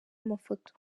amafoto